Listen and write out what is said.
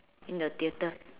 in the theatre